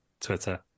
Twitter